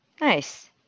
nice